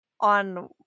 on